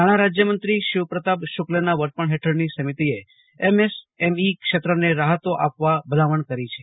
નાણાં રાજ્યમંત્રી શિવપ્રતાપ શુક્લના વડપણ હેઠળની સમિતિએ એમએસએમઈ ક્ષેત્રને રાહતો આપવા ભલામણ કરી છે